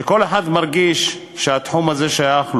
שכל אחד מרגיש שהתחום הזה שייך לו.